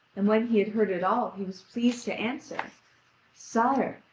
and when he had heard it all he was pleased to answer him sire,